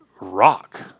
rock